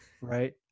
right